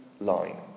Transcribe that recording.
line